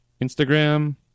Instagram